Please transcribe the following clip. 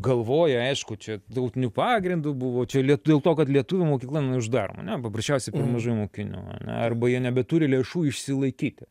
galvoja aišku čia tautiniu pagrindu buvo čia lietu dėl to kad lietuvių mokykla neuždaroma ar ne paprasčiausiai per mažai mokinių arba jie nebeturi lėšų išsilaikyti